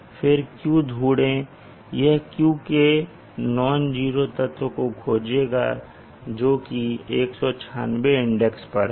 फिर q ढूंढें यह q के नान जीरो तत्व को खोजेगा जो कि 196 इंडेक्स पर है